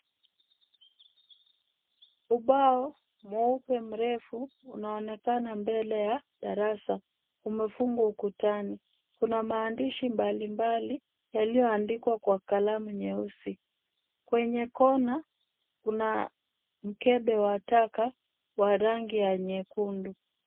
Ubao mweupe mrefu unaonekana mbele ya darasa umefungwa ukutani. Kuna maandishi mbalimbali, yaliyoandikwa kwa kalamu nyeusi. Kwenye kona kuna mkebe wa taka wa rangi ya nyekundu.